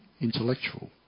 intellectual